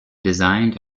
designed